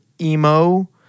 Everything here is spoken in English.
emo